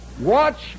Watch